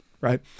right